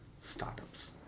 startups